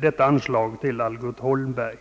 detta anslag till firman Algot Holmberg.